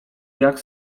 jak